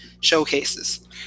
showcases